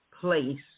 place